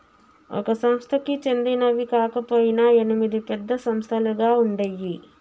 ఒక సంస్థకి చెందినవి కాకపొయినా ఎనిమిది పెద్ద సంస్థలుగా ఉండేయ్యి